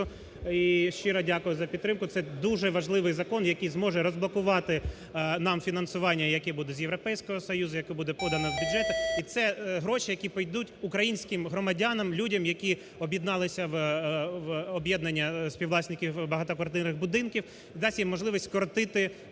і щиро дякую за підтримку. Це дуже важливий закон, який зможе розблокувати нам фінансування, яке буде з Європейського Союзу, яке буде подано в бюджет, і це гроші, які підуть українським громадянам, людям, які об'єдналися в об'єднання співвласників багатоквартирних будинків, дасть їм можливість скоротити